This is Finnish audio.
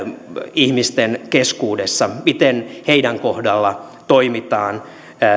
ihmisten keskuudessa miten heidän kohdallaan toimitaan